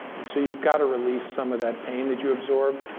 and so, you've got to release some of that pain that you absorb.